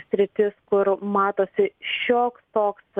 sritis kur matosi šioks toks